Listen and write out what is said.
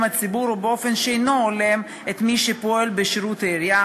הציבור או באופן שאינו הולם את מי שפועל בשירות העירייה,